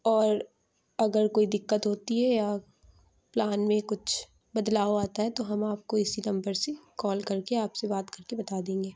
اور اگر کوئی دقت ہوتی ہے یا پلان میں کچھ بدلاؤ آتا ہے تو ہم آپ کو اسی نمبر سے کال کر کے آپ سے بات کر کے بتا دیں گے